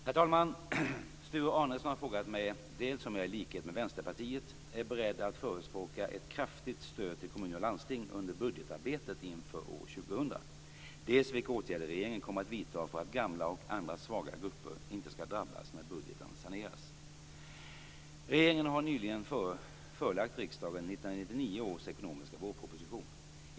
Herr talman! Sture Arnesson har frågat mig dels om jag i likhet med Vänsterpartiet är beredd att förespråka ett kraftigt stöd till kommuner och landsting under budgetarbetet inför år 2000, dels vilka åtgärder regeringen kommer att vidta för att gamla och andra svaga grupper inte skall drabbas när budgeten saneras. Regeringen har nyligen förelagt riksdagen 1999 års ekonomiska vårproposition.